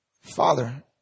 Father